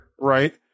right